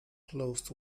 closed